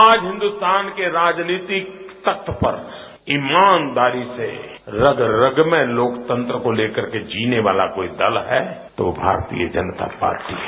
आज हिन्दुस्तान के राजनीतिक तख्त पर ईमानदारी से रग रग में लोकतंत्र को लेकर के जीने वाला जो दल हैं वो भारतीय जनता पार्टी है